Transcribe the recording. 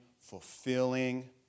fulfilling